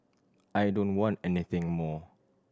I don't want anything more